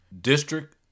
district